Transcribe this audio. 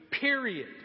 period